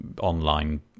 online